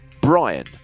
Brian